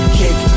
kick